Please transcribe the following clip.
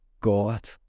God